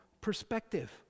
perspective